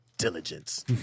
diligence